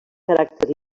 caràcter